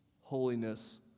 holiness